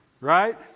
Right